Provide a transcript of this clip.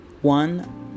one